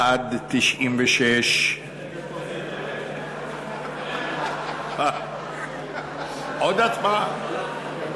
בעד, 96. רוצים עוד הצבעה?